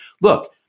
look